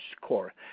score